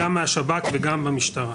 גם מהשב"כ וגם במשטרה.